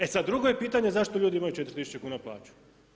E sada, drugo je pitanje zašto ljudi imaju 4000 kuna plaću.